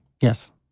Yes